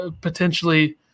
potentially